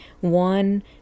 one